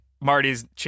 Marty's